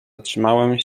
zatrzymałem